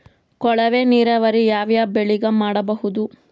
ಕೊಳವೆ ನೀರಾವರಿ ಯಾವ್ ಯಾವ್ ಬೆಳಿಗ ಮಾಡಬಹುದು?